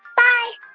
bye